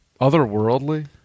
otherworldly